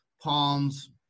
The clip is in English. palms